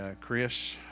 Chris